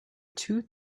two